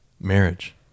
Marriage